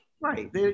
Right